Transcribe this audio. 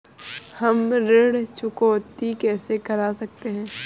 हम ऋण चुकौती कैसे कर सकते हैं?